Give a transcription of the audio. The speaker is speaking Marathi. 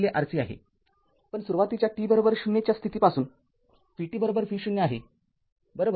आता पण सुरुवातीच्या t० च्या स्थितीपासून vt v0 आहे बरोबर